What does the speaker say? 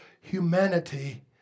humanity